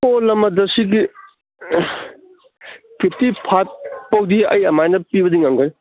ꯄꯣꯠ ꯑꯃꯗ ꯁꯤꯒꯤ ꯐꯤꯐꯇꯤ ꯐꯥꯏꯚ ꯐꯥꯎꯗꯤ ꯑꯩ ꯑꯃꯥꯏꯅ ꯄꯤꯕꯗꯤ ꯉꯝꯒꯅꯤ